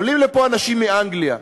עולים לפה אנשים מאנגליה,